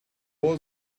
was